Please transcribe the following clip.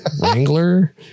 wrangler